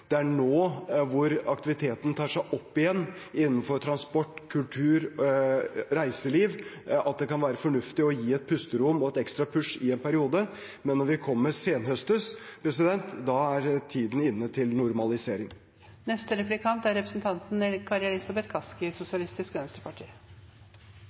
nå, når aktiviteten tar seg opp igjen innenfor transport, kultur og reiseliv, det kan være fornuftig å gi et pusterom og et ekstra «push» i en periode. Men når vi kommer senhøstes, er tiden inne til normalisering. Finansministeren uttalte i sitt innlegg at Norge er